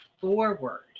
forward